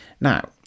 Now